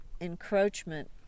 encroachment